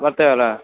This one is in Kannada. ಬರ್ತೇವಲ